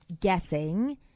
guessing